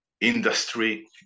industry